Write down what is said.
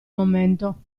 momento